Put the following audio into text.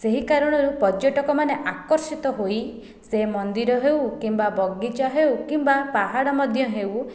ସେହି କାରଣରୁ ପର୍ଯ୍ୟଟକ ମାନେ ଆକର୍ଷିତ ହୋଇ ସେ ମନ୍ଦିର ହେଉ କିମ୍ବା ବଗିଚା ହେଉ କିମ୍ବା ପାହାଡ଼ ମଧ୍ୟ ହେଉ